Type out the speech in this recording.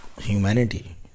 humanity